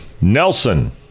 Nelson